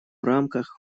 рамках